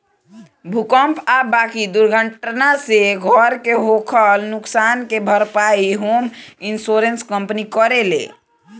भूकंप आ बाकी दुर्घटना से घर के होखल नुकसान के भारपाई होम इंश्योरेंस कंपनी करेले